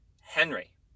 Henry